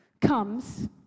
comes